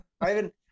Ivan